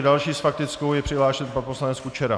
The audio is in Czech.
S další faktickou je přihlášen pan poslanec Kučera.